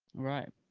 alright.